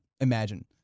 imagine